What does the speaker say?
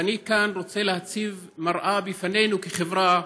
ואני כאן רוצה להציב מראה בפנינו כחברה,